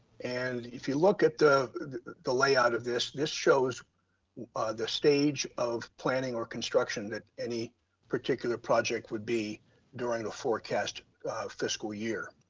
and if you look at the the layout of this, this shows the stage of planning or construction that any particular project would be during a forecast fiscal year.